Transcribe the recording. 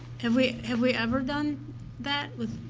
have we have we ever done that